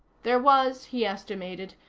there was, he estimated,